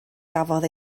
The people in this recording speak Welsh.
gafodd